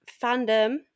fandom